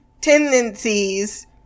tendencies